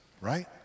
right